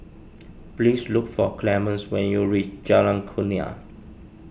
please look for Clemence when you reach Jalan Kurnia